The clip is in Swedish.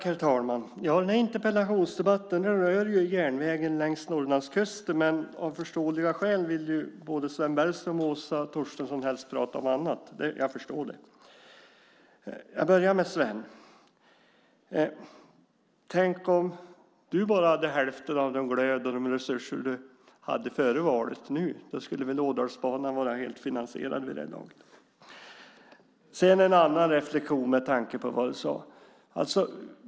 Herr talman! Den här interpellationsdebatten rör järnvägen längs Norrlandskusten. Men av förståeliga skäl vill både Sven Bergström och Åsa Torstensson helst prata om annat. Jag förstår det. Jag börjar med att vända mig till Sven Bergström. Tänk om du nu hade hälften av den glöd och de resurser du hade före valet. Då skulle väl Ådalsbanan vara helt finansierad vid det här laget. Jag har även en annan reflexion med tanke på vad du sade.